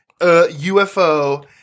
UFO